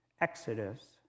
Exodus